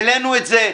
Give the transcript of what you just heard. העלינו את זה,